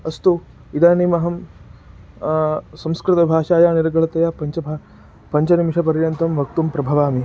अस्तु इदानीमहं संस्कृतभाषा निरर्गलतया पञ्चभाषा पञ्चनिमिषं पर्यन्तं वक्तुं प्रभवामि